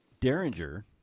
Derringer